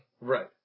Right